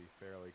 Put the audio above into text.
fairly